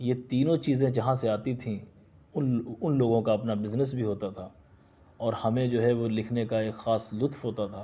یہ تینوں چیزیں جہاں سے آتی تھیں ان ان لوگوں کا اپنا بزنس بھی ہوتا تھا اور ہمیں جو ہے وہ لکھنے کا ایک خاص لطف ہوتا تھا